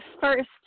first